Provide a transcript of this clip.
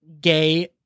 gay